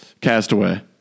castaway